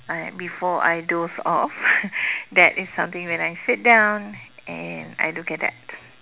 uh before I doze off that is something when I sit down and I look at that